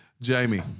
Jamie